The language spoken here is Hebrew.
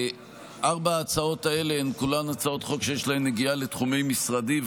ארבע ההצעות האלה הן כולן הצעות חוק שיש להן נגיעה לתחומי משרדי,